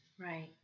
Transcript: right